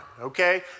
okay